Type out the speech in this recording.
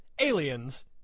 aliens